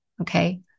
okay